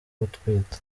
gutwita